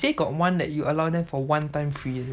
say got one that you allow them for one time free